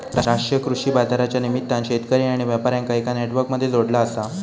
राष्ट्रीय कृषि बाजारच्या निमित्तान शेतकरी आणि व्यापार्यांका एका नेटवर्क मध्ये जोडला आसा